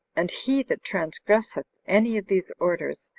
and he that transgresseth any of these orders,